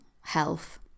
health